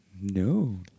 No